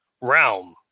realm